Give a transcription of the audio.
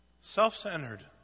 self-centered